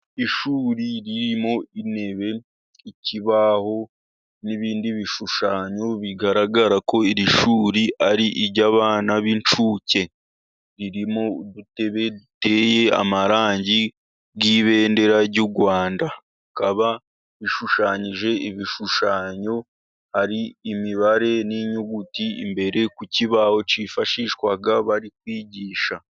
Ishuri ririmo intebe, ikibaho n'ibindi bishushanyo bigaragara ko iri shuri ari iry'abana b'incuke, ririmo udutebe duteye amarangi n'ibendera ry'u Rwanda. Rikaba rishushanyijeho ibishushanyo, hari imibare n'inyuguti imbere ku kibaho cyifashishwa bari kwigisha.